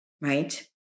right